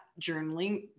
journaling